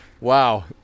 Wow